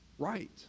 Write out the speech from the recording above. Right